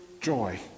joy